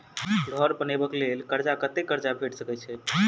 घर बनबे कऽ लेल कर्जा कत्ते कर्जा भेट सकय छई?